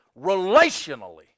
relationally